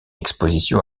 exposition